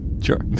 Sure